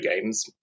games